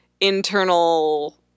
internal